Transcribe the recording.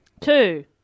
Two